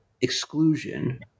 exclusion